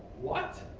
what?